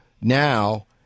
now